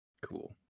cool